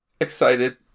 excited